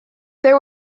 there